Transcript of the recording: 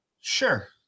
sure